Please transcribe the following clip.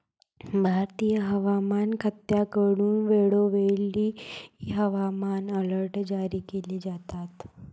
भारतीय हवामान खात्याकडून वेळोवेळी हवामान अलर्ट जारी केले जातात